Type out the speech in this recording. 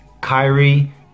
Kyrie